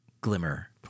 glimmer